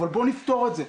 אבל בואו נפתור את זה.